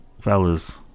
Fellas